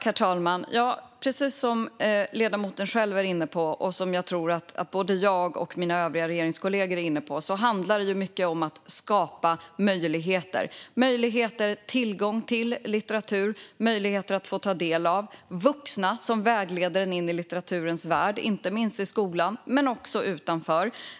Herr talman! Precis som ledamoten själv, och både jag och mina övriga regeringskollegor, är inne på handlar det mycket om att skapa möjligheter att få tillgång till litteratur och möjligheter att få ta del av den. Det måste finnas vuxna som vägleder en in i litteraturens värld, inte minst i skolan men också utanför.